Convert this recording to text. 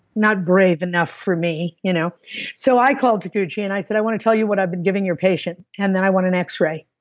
not brave enough for me. you know so i called taguchi and i said i want to tell you what i've been giving your patient, and then i want an x-ray.